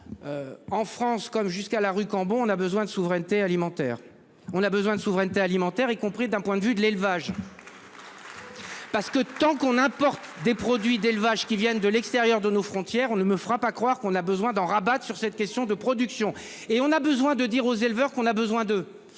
En France comme jusqu'à la rue Cambon. On a besoin de souveraineté alimentaire, on a besoin de souveraineté alimentaire, y compris d'un point de vue de l'élevage. Parce que tant qu'on importe des produits d'élevage qui viennent de l'extérieur de nos frontières. On ne me fera pas croire qu'on a besoin d'en rabattre sur cette question de production et on a besoin de dire aux éleveurs qu'on a besoin de